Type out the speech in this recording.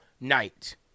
night